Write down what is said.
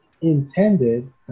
intended